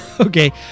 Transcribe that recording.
okay